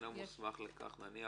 נניח,